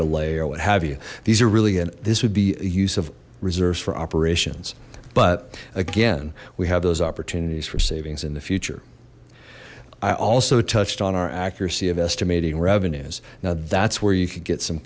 delay or what have you these are really in this would be a use of reserves for operations but again we have those opportunities for savings in the future i also touched on our accuracy of estimating revenues now that's where you could get some